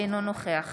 אינו נוכח